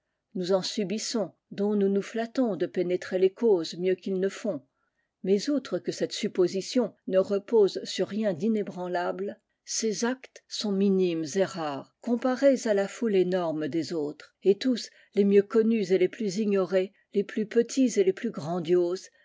noub en subissons dont nous nous flattons de pénétrer les causes mieux qu'ils ne font mais outre que cette supposition ne repose sur rien d'inébranlable ces actes sont minimes et rares comparés à la foule énorme des autres et tous les mieux connus et les plus ignorés les plus petits et les plus grandioses